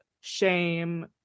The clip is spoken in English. shame